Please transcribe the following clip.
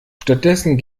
stattdessen